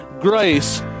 grace